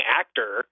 actor